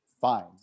fine